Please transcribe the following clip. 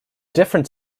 different